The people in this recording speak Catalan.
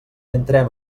entrem